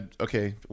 okay